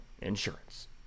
insurance